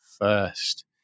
first